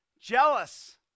jealous